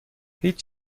هیچ